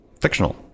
fictional